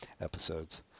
episodes